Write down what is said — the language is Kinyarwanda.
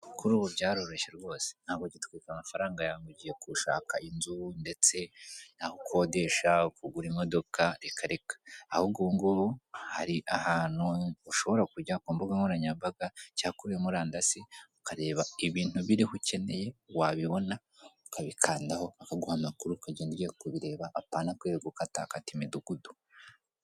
Kuri ubu byaroroshye rwose, ntabwo ugitwika amafaranga yawe ngo ugiye gushaka inzu ndetse n'aho ukodesha, kugura imodoka reka reka, ahubwo ubu ngubu hari ahantu ushobora kujya ku mbuga nkoranyambaga cyangwa kuri murandasi ukareba ibintu biriho ukeneye, wabibona ukabikandaho bakaguha amakuru ukagendeye kubireba apana kwirirwa ukatakata imidugudu.